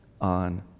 on